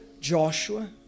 Joshua